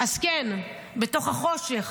אז כן, בתוך החושך